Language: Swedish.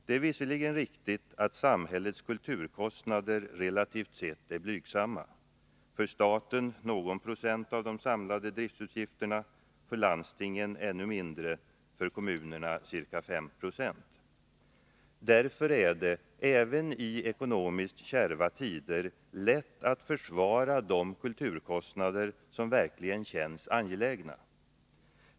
Det är visserligen riktigt att samhällets kulturkostnader relativt sett är blygsamma: för staten någon procent av de samlade driftsutgifterna, för landstingen ännu mindre, för kommunerna ca 5920. Därför är det även i ekonomiskt kärva tider lätt att försvara de kulturkostnader som verkligen känns angelägna.